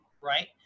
Right